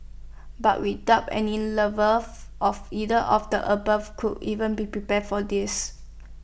but we doubt any lover of either of the above could even be prepared for this